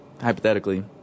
hypothetically